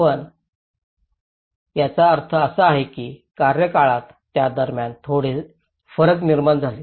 तर याचा अर्थ असा की कार्यकाळात त्या दरम्यान थोडे फरक निर्माण झाले